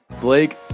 Blake